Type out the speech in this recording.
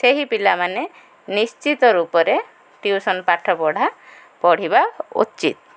ସେହି ପିଲାମାନେ ନିଶ୍ଚିତ ରୂପରେ ଟିୟୁସନ୍ ପାଠ ପଢ଼ା ପଢ଼ିବା ଉଚିତ